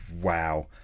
wow